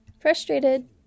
Frustrated